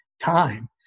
time